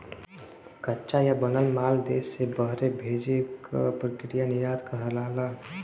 कच्चा या बनल माल देश से बहरे भेजे क प्रक्रिया निर्यात कहलाला